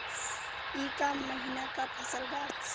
ई क महिना क फसल बा?